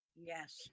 yes